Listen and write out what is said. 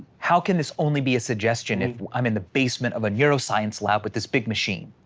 how can this only be a suggestion if i'm in the basement of a neuroscience lab with this big machine?